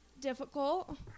difficult